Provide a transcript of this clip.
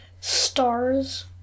Stars